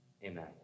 Amen